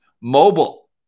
Mobile